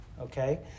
okay